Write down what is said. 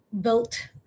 built